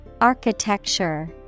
Architecture